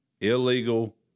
illegal